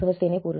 17 -4